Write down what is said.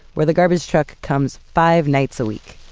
where the garbage truck comes five nights a week.